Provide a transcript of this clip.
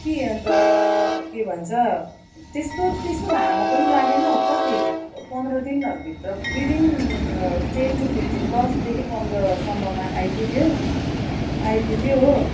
के अन्त के भन्छ त्यस्तो त्यस्तो लामो पनि लागेन हौ कति पन्ध्र दिनहरूभित्र विदिन टेन टु फिफ्टिन दसदेखि पन्ध्रसम्ममा आइपुग्यो आइपुग्यो हो